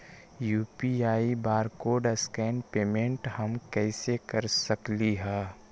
UPI barcode scan payment हम कईसे कर सकली ह?